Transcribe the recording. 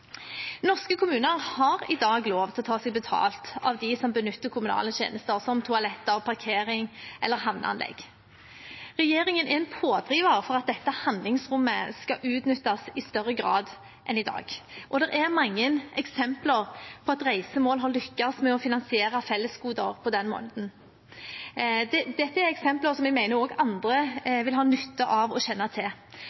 Norske kommuner har i dag lov til å ta seg betalt av dem som benytter kommunale tjenester som toaletter, parkering eller havneanlegg. Regjeringen er en pådriver for at dette handlingsrommet skal utnyttes i større grad enn i dag, og det er mange eksempler på at reisemål har lyktes med å finansiere fellesgoder på den måten. Dette er eksempler som jeg mener også andre